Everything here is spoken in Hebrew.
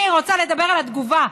אני רוצה לדבר על התגובה,